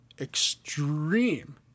extreme